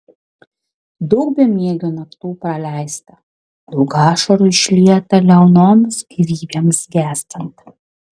daug bemiegių naktų praleista daug ašarų išlieta liaunoms gyvybėms gęstant